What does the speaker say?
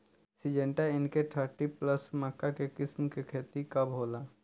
Syngenta NK thirty plus मक्का के किस्म के खेती कब होला?